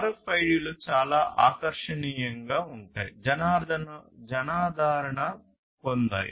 RFID లు చాలా ఆకర్షణీయంగా ఉంటాయి జనాదరణ పొందాయి